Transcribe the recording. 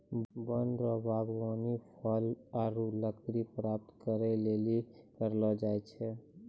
वन रो वागबानी फल आरु लकड़ी प्राप्त करै लेली करलो जाय छै